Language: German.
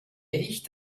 ich